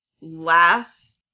last